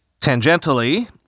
tangentially